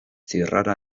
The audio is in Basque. zirrara